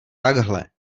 takhle